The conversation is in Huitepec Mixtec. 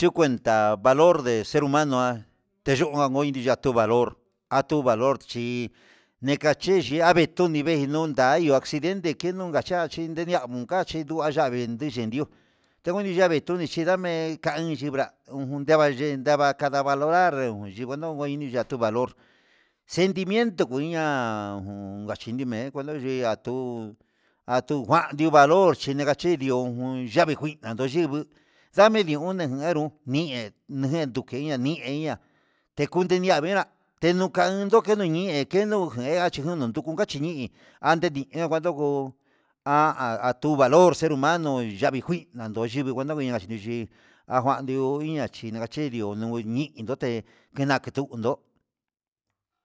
Chukuenta valor de ser humano teyuu nakoi ha tu valor ha valor chí nekachexhi aveinune naiyunaiyo acidente enunkachiachi ndenduan yavii tenguio ndeku ni yavii tuni chinadame kain chinda ndeva yen kava'a valor yikinon ko'o ini ña yatuu valor sentimieno ngunia nguachinume kueduyia atuu atunguano dio valor ngachenia jun ndame ne nguna nguero ni'a nijen tuken nia keni'andekunde ndia vera'a tenukan ndokenu nie nuu ken achinduku nguecha nuu mi'i andi nguenda noko an anduva'a volor ser humano yavii nguin, andon yinguo kuenta nguiña ayuyi anguandi'ó, oinia xhiachi nguiñi ndote tena ketuu ndo'o.